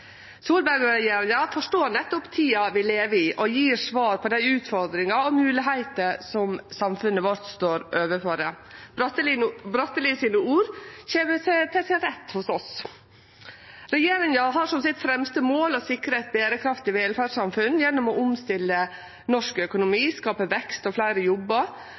Solberg-regjeringa forstår nettopp tida vi lever i, og gjev svar på dei utfordringane og moglegheitene som samfunnet vårt står overfor. Bratteli sine ord kjem til sin rett hos oss. Regjeringa har som sitt fremste mål å sikre eit berekraftig velferdssamfunn gjennom å omstille norsk økonomi, skape vekst og fleire jobbar,